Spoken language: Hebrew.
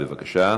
בבקשה.